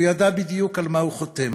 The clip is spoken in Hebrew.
הוא ידע בדיוק על מה הוא חותם,